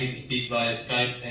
speak via skype